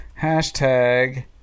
Hashtag